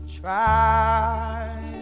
try